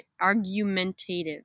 argumentative